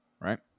right